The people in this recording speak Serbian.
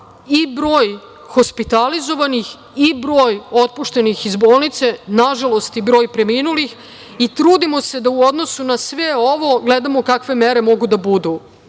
i broj hospitalizovanih i broj otpuštenih iz bolnice, nažalost, i broj preminulih i trudimo se da u odnosu na sve ovo gledamo kakve mere mogu da